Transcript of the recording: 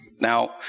Now